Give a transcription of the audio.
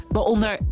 Waaronder